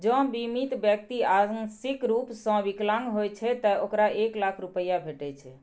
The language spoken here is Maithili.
जौं बीमित व्यक्ति आंशिक रूप सं विकलांग होइ छै, ते ओकरा एक लाख रुपैया भेटै छै